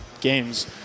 games